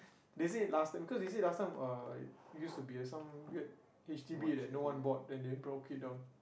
they say last time because they say last time uh it used to be some weird h_d_b that no one bought then they broke it down